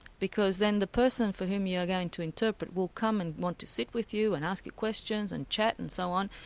because the person for whom you are going to interpret will come and want to sit with you and ask you questions, and chat and so on.